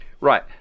right